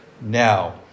now